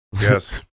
yes